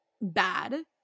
bad